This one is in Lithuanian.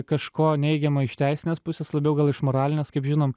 kažko neigiamo iš teisinės pusės labiau gal iš moralinės kaip žinom